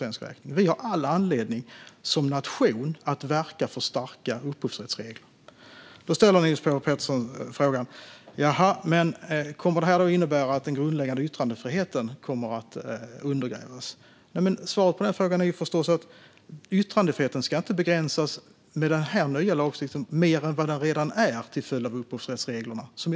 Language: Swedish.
Som nation har vi alltså all anledning att verka för stränga upphovsrättsregler. Niels Paarup-Petersen ställer frågan om detta kommer att innebära att den grundläggande yttrandefriheten undergrävs. Svaret på den frågan är givetvis att yttrandefriheten med den nya lagstiftningen inte blir mer begränsad än vad den redan är till följd av dagens upphovsrättsregler.